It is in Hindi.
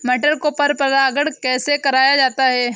मटर को परागण कैसे कराया जाता है?